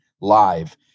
live